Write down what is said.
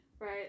Right